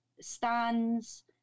stands